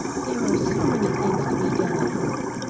there are so many things to be done at home.